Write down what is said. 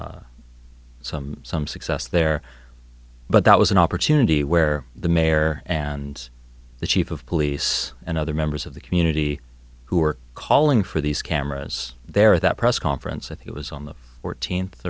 e some some success there but that was an opportunity where the mayor and the chief of police and other members of the community who are calling for these cameras there at that press conference i think it was on the fourteenth